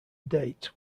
date